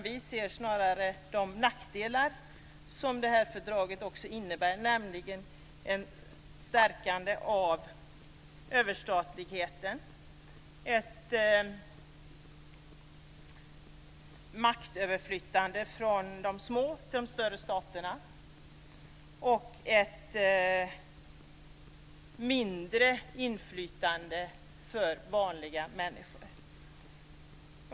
Vi ser snarare de nackdelar som det här fördraget också innebär, nämligen ett stärkande av överstatligheten, ett maktöverflyttande från de små staterna till de större och ett mindre inflytande för vanliga människor.